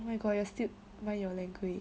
oh my god you are still mind your language